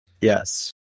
Yes